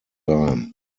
time